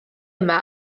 yma